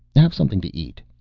have something to eat.